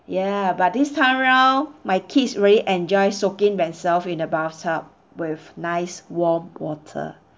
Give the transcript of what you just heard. ya but this time round my kids very enjoy soaking themselves in the bathtub with nice warm water